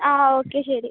ആ ഓക്കെ ശരി